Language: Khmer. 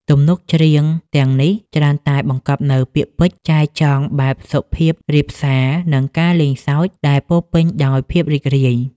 ទំនុកច្រៀងទាំងនោះច្រើនតែបង្កប់នូវពាក្យពេចន៍ចែចង់បែបសុភាពរាបសារ និងការលេងសើចដែលពោរពេញដោយភាពរីករាយ។